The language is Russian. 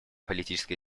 политическая